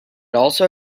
also